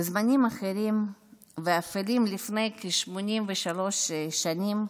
בזמנים אחרים ואפלים, לפני כ-83 שנים,